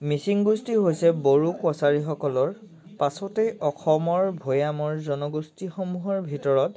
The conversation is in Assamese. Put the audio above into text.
মিচিং গোষ্ঠী হৈছে বড়ো কছাৰীসকলৰ পাছতেই অসমৰ ভৈয়ামৰ জনগোষ্ঠীসমূহৰ ভিতৰত